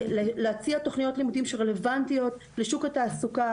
להציע תוכניות לימודים רלוונטיות לשוק התעסוקה,